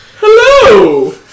Hello